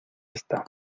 está